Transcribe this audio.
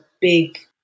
big